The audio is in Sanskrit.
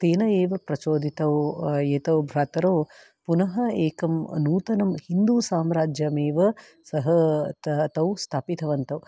तेन एव प्रचोदितौ एतौ भ्रातरौ पुनः एकं नूतनं हिन्दूसाम्राज्यमेव सः तौ स्थापितवन्तौ